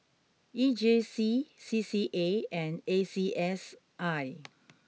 E J C C C A and A C S I